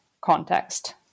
context